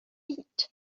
eat